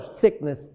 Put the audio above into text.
sickness